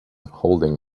holding